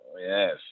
Yes